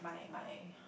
my my